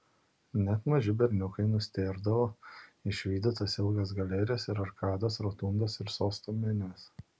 net maži berniukai nustėrdavo išvydę tas ilgas galerijas ir arkadas rotundas ir sosto menes